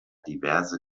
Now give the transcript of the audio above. diverse